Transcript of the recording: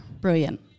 Brilliant